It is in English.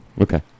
Okay